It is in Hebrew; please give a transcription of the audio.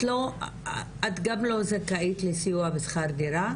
את גם לא זכאית לסיוע בשכר דירה?